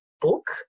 book